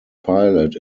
pilot